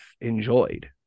enjoyed